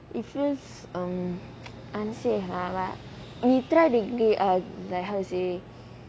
it feels um unsafe lah but we try weekly like how to say